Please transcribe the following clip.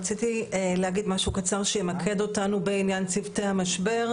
רציתי להגיד משהו קצר שימקד אותנו בעניין צוותי המשבר.